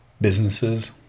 businesses